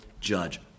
judge